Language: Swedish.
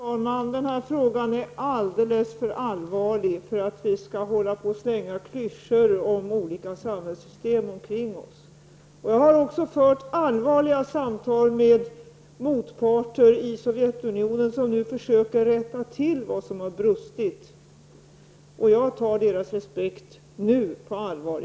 Fru talman! Den här frågan är alldeles för allvarlig för att vi skall hålla på att slänga klyschor om olika samhällssystem omkring oss. Jag har också fört allvarliga samtal med motparter i Sovjetunionen som nu försöker rätta till vad som har brustit. Och jag tar deras respekt för kärnkraften nu på allvar.